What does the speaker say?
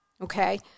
okay